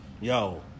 yo